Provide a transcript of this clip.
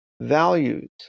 values